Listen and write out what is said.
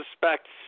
suspects